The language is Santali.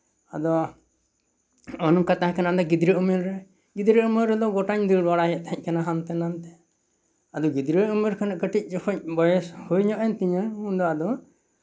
ᱟᱫᱚ ᱱᱚᱜᱼᱱᱚᱝᱠᱟ ᱛᱟᱦᱮᱸ ᱠᱟᱱᱟ ᱜᱤᱫᱽᱨᱟᱹ ᱩᱢᱮᱨᱨᱮ ᱜᱤᱫᱽᱨᱟᱹ ᱩᱢᱮᱨ ᱨᱮᱫᱚ ᱜᱳᱴᱟᱧ ᱫᱟᱹᱲ ᱵᱟᱲᱟᱭᱮᱫ ᱛᱟᱦᱮᱸᱫ ᱠᱟᱱᱟ ᱦᱟᱱᱛᱮ ᱱᱟᱱᱛᱮ ᱟᱫᱚ ᱜᱤᱫᱽᱨᱟᱹ ᱩᱢᱮᱨ ᱠᱷᱚᱱᱟᱜ ᱠᱟᱹᱴᱤᱪ ᱡᱚᱠᱷᱚᱡ ᱵᱚᱭᱮᱥ ᱦᱩᱭ ᱧᱚᱜ ᱮᱱ ᱛᱤᱧᱟ ᱩᱱ ᱫᱚ ᱟᱫᱚ